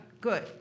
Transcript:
Good